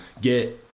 get